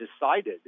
decided